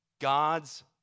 God's